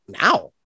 now